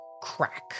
crack